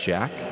Jack